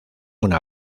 una